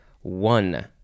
one